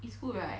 is good right